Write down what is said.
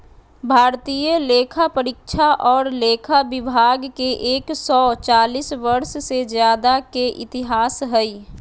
भारतीय लेखापरीक्षा और लेखा विभाग के एक सौ चालीस वर्ष से ज्यादा के इतिहास हइ